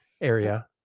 area